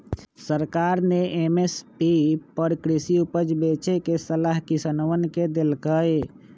सरकार ने एम.एस.पी पर कृषि उपज बेचे के सलाह किसनवन के देल कई